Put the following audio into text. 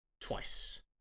twice